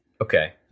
Okay